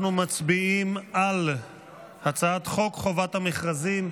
אנחנו מצביעים על הצעת חוק חובת המכרזים,